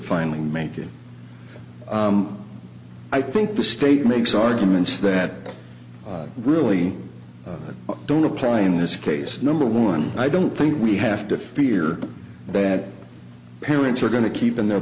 finally make it i think the state makes arguments that really don't apply in this case number one i don't think we have to fear that parents are going to keep in their